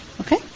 okay